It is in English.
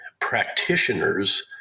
practitioners